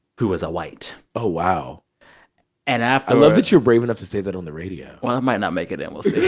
who is a white oh, wow and after. i love that you're brave enough to say that on the radio well, it might not make it in. we'll see